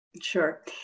Sure